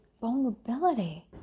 vulnerability